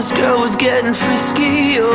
girl was gettin' frisky,